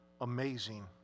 amazing